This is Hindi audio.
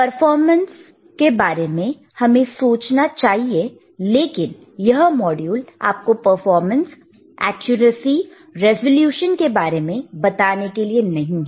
परफॉर्मेंस बारे में हमें सोचना चाहिए लेकिन यह मॉड्यूल आपको performance accuracy resolution performance accuracy resolutionके बारे में बताने के लिए नहीं है